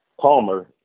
Palmer